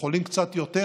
חולים קצת יותר,